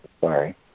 Sorry